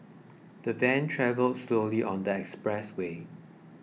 the van travelled slowly on the express way